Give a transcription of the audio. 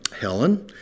Helen